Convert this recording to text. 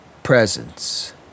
Presence